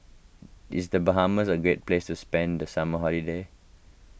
is the Bahamas a great place to spend the summer holiday